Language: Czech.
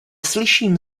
slyším